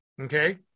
okay